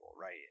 right